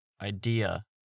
idea